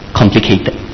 complicated